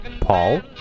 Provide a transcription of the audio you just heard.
Paul